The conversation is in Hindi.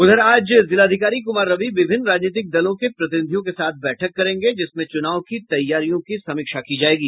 उधर आज जिलाधिकारी कुमार रवि विभिन्न राजनीतिक दलों के प्रतिनिधियों के साथ बैठक करेंगे जिसमें चुनाव की तैयारियों की समीक्षा की जायेगी